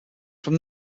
from